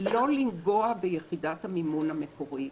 הוא לא לגעת ביחידת המימון המקורית.